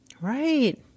right